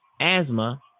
asthma